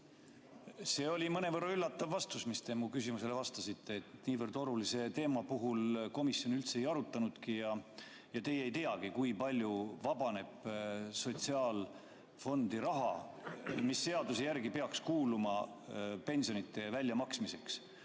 See oli mõnevõrra üllatav, mis te mu küsimusele vastasite, et niivõrd olulise teema puhul komisjon üldse ei arutanudki [seda] ja teie ei teagi, kui palju vabaneb sotsiaalfondi raha, mis seaduse järgi peaks kuuluma pensionide väljamaksmiseks.